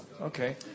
Okay